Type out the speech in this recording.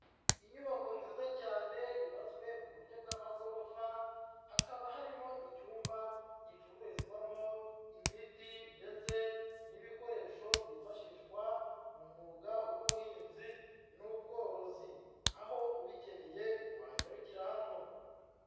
Inyubako nziza cyane yubatswe mu buryo bw'amagorofa, hakaba harimo icyumba gicururizwamo imiti ndetse n'ibikoresho byifashishwa mu mwuga w'ubuhinzi n'ubworozi, aho ubikeneye wanyarukira hano.